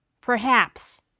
Perhaps